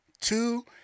two